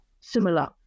similar